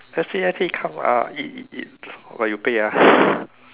let's eat let's eat come ah eat eat eat !wah! you pay ah